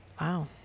Wow